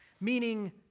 meaning